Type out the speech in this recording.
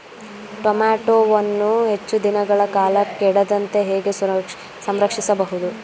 ಟೋಮ್ಯಾಟೋವನ್ನು ಹೆಚ್ಚು ದಿನಗಳ ಕಾಲ ಕೆಡದಂತೆ ಹೇಗೆ ಸಂರಕ್ಷಿಸಬಹುದು?